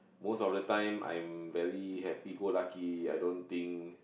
most of the time I'm very happy go lucky I don't think